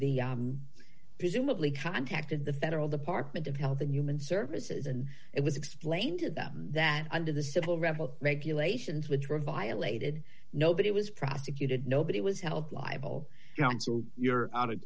presumably contacted the federal department of health and human services and it was explained to them that under the civil revel regulations which were violated nobody was prosecuted nobody was held liable so you're out of